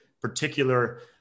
particular